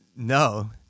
No